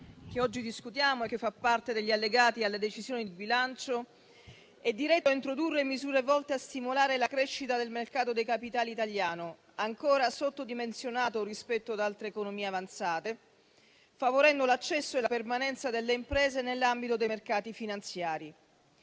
che oggi discutiamo e che fa parte degli allegati alle decisioni di bilancio è diretto a introdurre misure volte a stimolare la crescita del mercato dei capitali italiano, ancora sottodimensionato rispetto ad altre economie avanzate, favorendo l'accesso e la permanenza delle imprese nell'ambito dei mercati finanziari.